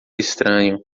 estranho